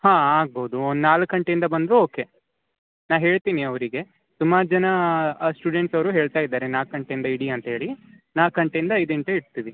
ಹಾಂ ಆಗ್ಬೋದು ಒಂದು ನಾಲ್ಕು ಗಂಟೆಯಿಂದ ಬಂದರೂ ಓಕೆ ನಾ ಹೇಳ್ತೀನಿ ಅವರಿಗೆ ಸುಮಾರು ಜನ ಆ ಸ್ಟೂಡೆಂಟ್ಸ್ ಅವರು ಹೇಳ್ತಾ ಇದ್ದಾರೆ ನಾಲ್ಕು ಗಂಟೆಯಿಂದ ಇಡಿ ಅಂತ ಹೇಳಿ ನಾಲ್ಕು ಗಂಟೆಯಿಂದ ಐದು ಗಂಟೆಗೆ ಇಡ್ತೀವಿ